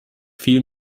viel